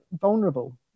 vulnerable